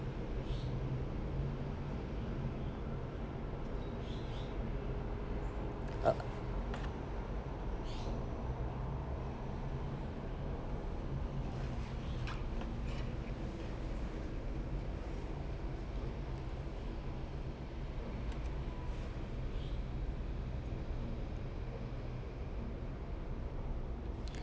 uh